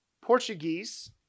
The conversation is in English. Portuguese